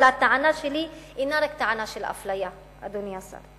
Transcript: אבל הטענה שלי אינה רק טענה של אפליה, אדוני השר.